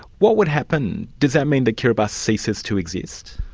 what would happen? does that mean that kiribati ceases to exist?